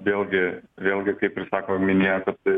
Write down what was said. vėlgi vėlgi kaip ir sako minėtą